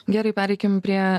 gerai pereikim prie